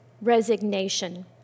resignation